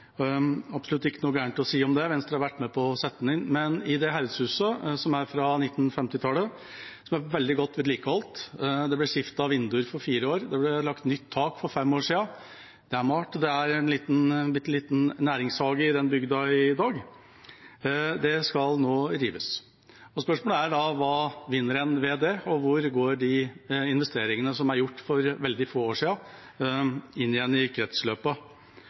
vært med på å sette ham inn. Men herredshuset, som er fra 1950-tallet, som er veldig godt vedlikeholdt, det ble skiftet vinduer for fire år siden, det ble lagt nytt tak for fem år siden, det er malt, det er en bitte liten næringshage i den bygda i dag, skal nå rives. Spørsmålet er da: Hva vinner en ved det, og hvor går de investeringene som er gjort for veldig få år siden, inn igjen i